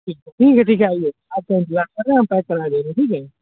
ٹھیک ہے ٹھیک ہے آئیے آپ کا انتظار کر رہے ہیں ہم پیک کرا دے رہے ہیں ٹھیک ہے